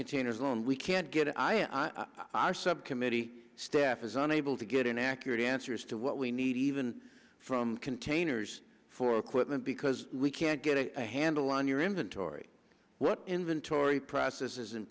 containers and we can't get it i am i sub committee staff is unable to get an accurate answer as to what we need even from containers for equipment because we can't get a handle on your inventory what inventory process is in